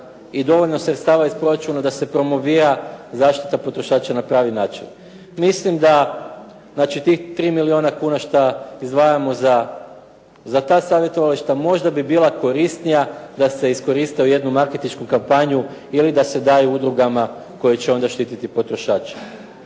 i dovoljno sredstava iz proračuna da se promovira zaštita potrošača na pravi način. Mislim da znači tih 3 milijuna kuna što izdvajamo za ta savjetovališta možda bi bila korisnija da se iskoriste u jednu marketinšku kampanju ili da se daju udrugama koje će onda štititi potrošače.